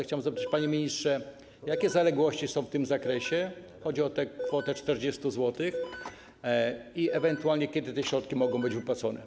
Chciałbym zapytać, panie ministrze, jakie zaległości są w tym zakresie - chodzi o tę kwotę 40 zł - i ewentualnie kiedy te środki mogą być wypłacone.